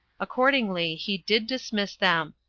accordingly, he did dismiss them.